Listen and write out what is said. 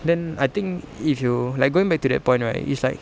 then I think if you like going back to that point right it's like